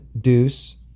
deuce